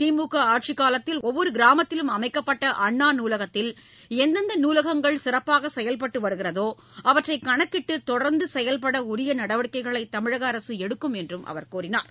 திமுக ஆட்சிக் காலத்தில் ஒவ்வொரு கிராமத்திலும் அமைக்கப்பட்ட அண்ணா நாலகத்தில் எந்தெந்த நாலகங்கள் சிறப்பாக செயல்பட்டு வருகிறதோ அவற்றை கணக்கிட்டு தொடர்ந்து செயல்பட உரிய நடவடிக்கைகளை தமிழக அரசு எடுக்கும் என்றார்